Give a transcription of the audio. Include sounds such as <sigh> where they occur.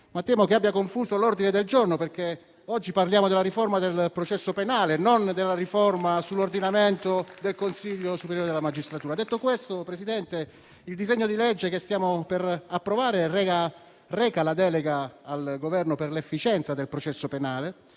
ma temo che abbia confuso l'ordine del giorno, perché oggi parliamo della riforma del processo penale, non della riforma dell'ordinamento del Consiglio superiore della magistratura. <applause> Detto questo, Presidente, il disegno di legge che stiamo per approvare reca la delega al Governo per l'efficienza del processo penale